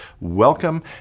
welcome